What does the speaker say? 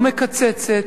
לא מקצצת,